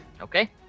Okay